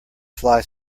fly